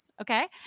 okay